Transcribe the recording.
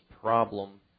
problem